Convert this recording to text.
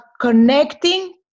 connecting